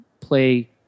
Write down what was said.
play